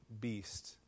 beast